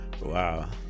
wow